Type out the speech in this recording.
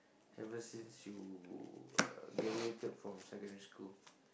ever since you uh graduated from secondary school